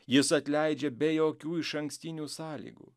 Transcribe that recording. jis atleidžia be jokių išankstinių sąlygų